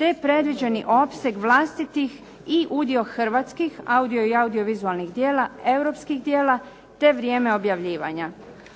te predviđeni opseg vlastitih i udio hrvatskih audio i audio-vizualnih djela, europskih djela, te vrijeme objavljivanja.